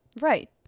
Right